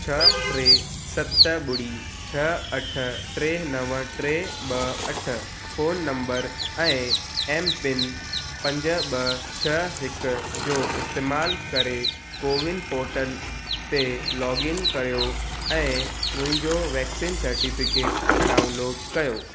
छह टे सत ॿुड़ी छह अठ टे नव टे ॿ अठ फोन नंबर ऐं एम पिन पंज ॿ छह हिक जो इस्तेमाल करे कोविन पोर्टल ते लोगइन कयो ऐं मुंहिंजो वैक्सीन सर्टिफिकेट डाउनलोड कयो